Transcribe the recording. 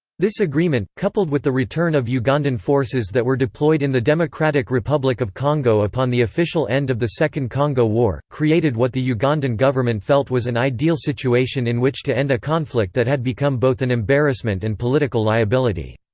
this agreement, coupled with the return of ugandan forces that were deployed in the democratic republic of congo upon the official end of the second congo war, created what the ugandan government felt was an ideal situation in which to end a conflict that had become both an embarrassment and political liability.